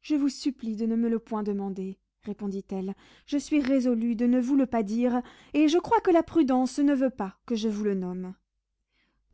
je vous supplie de ne me le point demander répondit-elle je suis résolue de ne vous le pas dire et je crois que la prudence ne veut pas que je vous le nomme